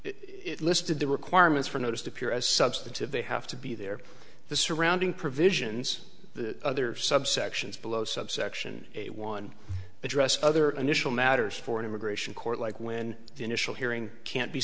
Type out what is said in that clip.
it listed the requirements for a notice to appear as substantive they have to be there the surrounding provisions the other subsections below subsection a one address other initial matters for an immigration court like when the initial hearing can't be